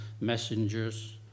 messengers